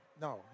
No